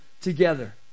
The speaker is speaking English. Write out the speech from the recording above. together